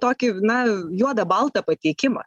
tokį na juodą baltą pateikimą